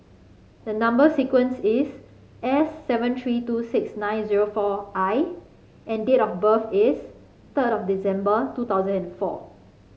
the number sequence is S seven three two six nine zero four I and date of birth is third of December two thousand and four